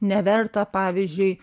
neverta pavyzdžiui